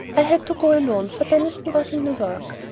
i had to go alone, for deniston was in new york.